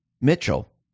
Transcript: Mitchell